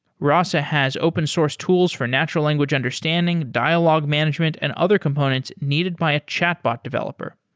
rasa has open source tools for natural language understanding, dialogue management and other components needed by a chatbot developer.